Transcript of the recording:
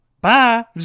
bye